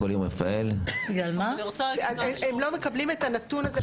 הם לא מקבלים את הנתון הזה,